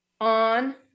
on